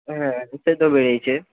হ্যাঁ উচ্ছে তো বেড়েইছে